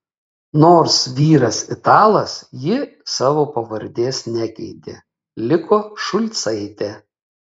nors vyras italas ji savo pavardės nekeitė liko šulcaitė